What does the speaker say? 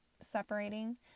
separating